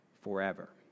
forever